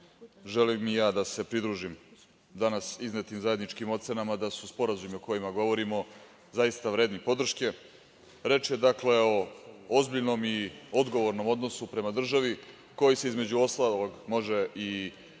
želim i ja da se pridružim danas iznetim zajedničkim ocenama da su sporazumi o kojima govorimo zaista vredni podrške. Reč je o ozbiljnom i odgovornom odnosu prema državi, koji se, između ostalog, može i konstatovati